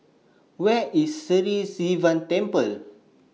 Where IS Sri Sivan Temple